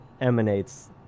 emanates